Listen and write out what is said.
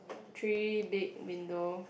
three big window